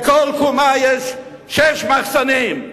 בכל קומה יש שישה מחסנים,